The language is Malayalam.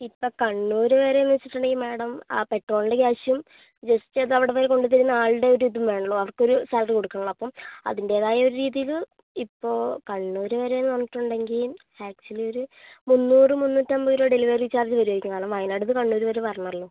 ഇപ്പം കണ്ണൂര് വരുകാന്ന് വെച്ചിട്ടുണ്ടെങ്കിൽ മാഡം ആ പെട്രോളിൻ്റെ ക്യാഷും ജസ്റ്റ് ഇത് അവിടെ വരെ കൊണ്ട് തരുന്ന ആളുടെ ഒര് ഇതും വേണല്ലോ അവർക്ക് ഒരു സാലറി കൊടുക്കണല്ലൊ അപ്പം അതിൻറ്റേതായ ഒരു രീതിയില് ഇപ്പൊൾ കണ്ണൂര് വരികയെന്ന് പറഞ്ഞിട്ടുണ്ടെങ്കീ ആക്ച്വലി ഒര് മുന്നൂറ് മുന്നൂറ്റമ്പത് രൂപ ഡെലിവറി ചാർജ് വരുവായിരിക്കും കാരണം വായനാടിന്ന് കണ്ണൂര് വരെ വരണല്ലൊ